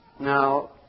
Now